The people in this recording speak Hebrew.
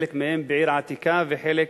חלק מהם בעיר העתיקה וחלק